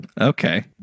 Okay